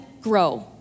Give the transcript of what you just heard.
grow